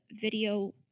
video